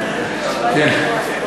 כן,